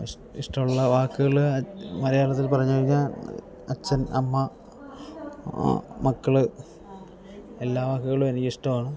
ഇഷ് ഇഷ്ടമുള്ള വാക്കുകൾ മലയാളത്തിൽ പറഞ്ഞ് കഴിഞ്ഞാൽ അച്ഛൻ അമ്മ മക്കള് എല്ലാ വാക്കുകളും എനിക്കിഷ്ടമാണ്